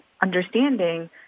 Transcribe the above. understanding